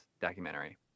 documentary